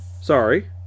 sorry